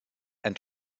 and